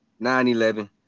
9-11